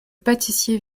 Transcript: pâtissier